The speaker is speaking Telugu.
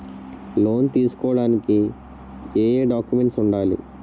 లోన్ తీసుకోడానికి ఏయే డాక్యుమెంట్స్ వుండాలి?